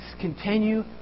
continue